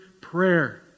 prayer